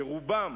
שרובם